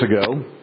ago